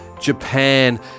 Japan